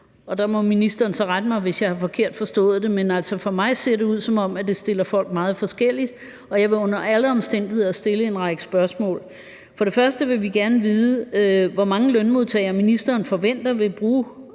ydelser. Ministeren må rette mig, hvis jeg har forstået det forkert, men for mig ser det ud, som om det stiller folk meget forskelligt, og jeg vil under alle omstændigheder stille en række spørgsmål. For det første vil vi gerne vide, hvor mange lønmodtagere ministeren forventer vil bruge